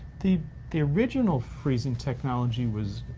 the the original freezing technology was,